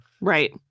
right